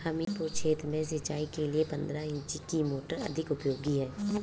हमीरपुर क्षेत्र में सिंचाई के लिए पंद्रह इंची की मोटर अधिक उपयोगी है?